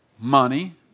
Money